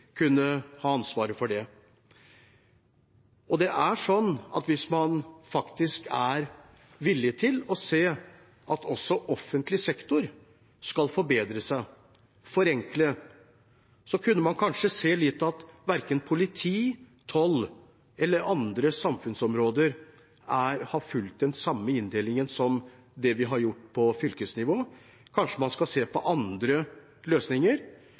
ha ansvaret for det. Hvis man er villig til å se at også offentlig sektor skal forbedre seg, forenkle, kunne man kanskje se at verken politi, toll eller andre samfunnsområder har fulgt den samme inndelingen som det vi har gjort på fylkesnivå. Kanskje man skal se på andre løsninger